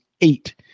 eight